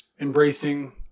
embracing